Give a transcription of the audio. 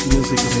Music